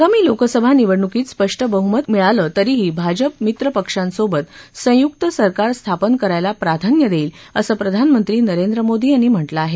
आगामी लोकसभा निवडणुकीत स्पष्ट बहुमत मिळालं तरीही भाजप मित्रपक्षांसोबत संयुक सरकार स्थापन करायला प्राधान्य देईल असं प्रधानमंत्री नरेंद्र मोदी यांनी म्हटलं आहे